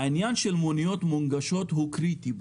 עניין המוניות המונגשות הוא קריטי בו,